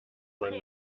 man